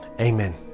Amen